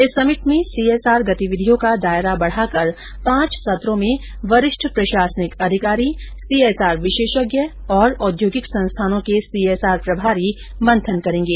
इस समिट में सीएसआर गतिविधियों का दायरा बढ़ाकर पांच सत्रों में वरिष्ठ प्रशासनिक अधिकारी सीएसआर विशेषज्ञ और औद्योगिक संस्थानों के सीएसआर प्रभारी मंथन करेंगे